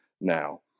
now